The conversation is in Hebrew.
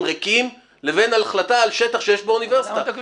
ריקים לבין החלטה על שטח שיש בו אוניברסיטה,